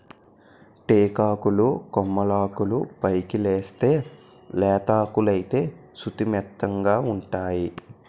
టేకాకులు కొమ్మలాకులు పైకెలేస్తేయ్ లేతాకులైతే సుతిమెత్తగావుంటై